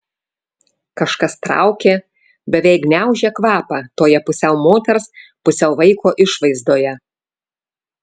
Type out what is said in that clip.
kažkas traukė beveik gniaužė kvapą toje pusiau moters pusiau vaiko išvaizdoje